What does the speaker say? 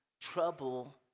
trouble